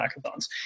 hackathons